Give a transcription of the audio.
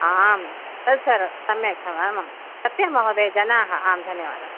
आं तत् सर्वं सम्यक् आमां सत्यं महोदय जनाः आं धन्यवादः